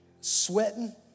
sweating